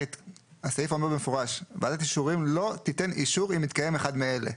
הסעיף אומר במפורש: ועדת האישורים לא תיתן אישור אם מתקיים אחד מאלה.